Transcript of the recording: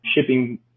shipping